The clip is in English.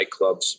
nightclubs